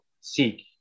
seek